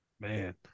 Man